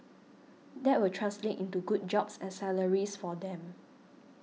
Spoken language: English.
that will translate into good jobs and salaries for them